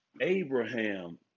Abraham